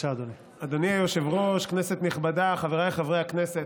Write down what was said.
אדוני היושב-ראש, כנסת נכבדה, חבריי חברי הכנסת,